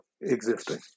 existing